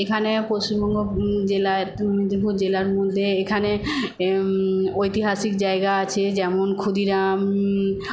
এখানে পশ্চিমবঙ্গ জেলার মেদিনীপুর জেলার মধ্যে এখানে ঐতিহাসিক জায়গা আছে যেমন ক্ষুদিরাম